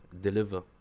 deliver